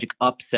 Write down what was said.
upset